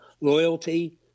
Loyalty